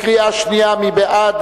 קריאה שנייה, מי בעד?